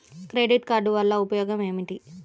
Credit card వల్ల ఉపయోగం ఏమిటీ?